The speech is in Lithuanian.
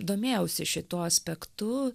domėjausi šituo aspektu